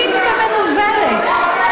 שקרנית ומנוולת.